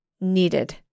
needed